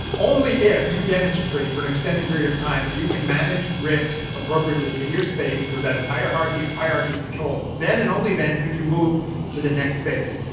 only if you demonstrate, for an extended period of time, that you can manage risk appropriately in your space through that entire hierarchy hierarchy of controls, then and only then, could you move to the next phase.